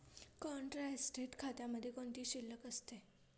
Contra asset खात्यामध्ये कोणती शिल्लक असते?